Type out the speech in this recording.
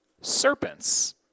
serpents